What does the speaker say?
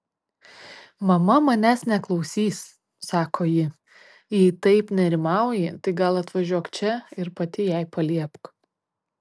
mama manęs neklausys sako ji jei taip nerimauji tai gal atvažiuok čia ir pati jai paliepk